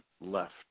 left